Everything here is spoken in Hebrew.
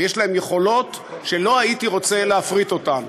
ויש להם יכולות שלא הייתי רוצה להפריט אותן.